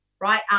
right